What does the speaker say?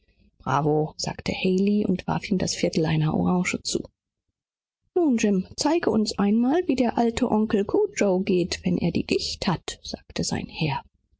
bravo sagte haley ihm eine halbe orange zuwerfend nun jim laß uns sehen wie onkel cudjoe geht wenn er die gicht hat sagte sein herr